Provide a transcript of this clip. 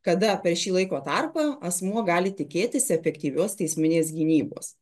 kada per šį laiko tarpą asmuo gali tikėtis efektyvios teisminės gynybos